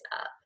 up